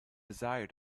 desire